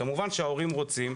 כמובן כשההורים רוצים.